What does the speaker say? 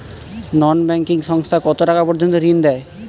নন banking সংস্থা কতটাকা পর্যন্ত ঋণ দেয়?